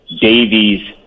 Davies